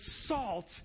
salt